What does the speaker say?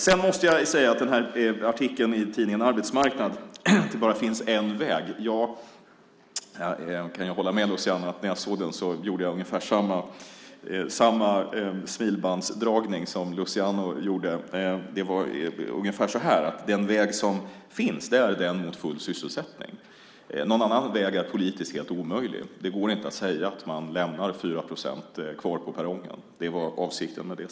Sedan måste jag säga att när jag såg artikeln i tidningen Arbetsmarknad om att det bara finns en väg, den mot full sysselsättning, gjorde jag ungefär samma smilbandsdragning som Luciano gjorde. Någon annan väg är politiskt helt omöjlig. Det går inte att säga att man lämnar 4 procent kvar på perrongen.